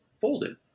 folded